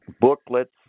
booklets